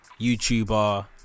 YouTuber